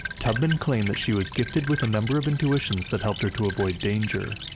tubman claimed that she was gifted with a number of intuitions that helped her to avoid danger